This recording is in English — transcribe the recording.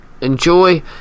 enjoy